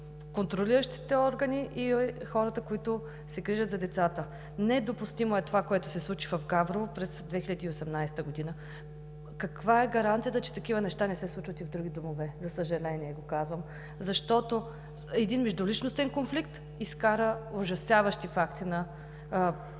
контролиращите органи и хората, които се грижат за децата. Недопустимо е това, което се случи в Габрово през 2018 г. Каква е гаранцията, че такива неща не се случват и в други домове? За съжаление го казвам, защото един междуличностен конфликт изкара ужасяващи факти в